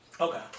Okay